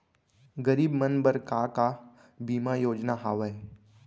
गरीब मन बर का का बीमा योजना हावे?